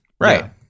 Right